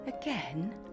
again